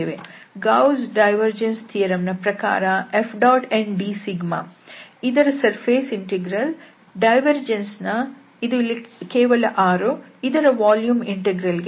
Gauss divergence theorem ನ ಪ್ರಕಾರ Fndσ ಇದರ ಸರ್ಫೇಸ್ ಇಂಟೆಗ್ರಲ್ ಡೈವರ್ಜೆನ್ಸ್ ನ ಇದು ಇಲ್ಲಿ ಕೇವಲ 6 ಇದರ ವಾಲ್ಯೂಮ್ ಇಂಟೆಗ್ರಲ್ ಗೆ ಸಮ